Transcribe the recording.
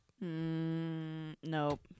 nope